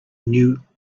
knew